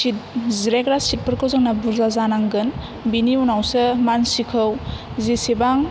cheat जिरायग्रा चिटफोरखौ जोंना बुरजा जानांगोन बेनि उनावसो मानसिखौ जेसेबां